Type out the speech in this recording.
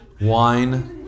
wine